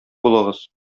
булыгыз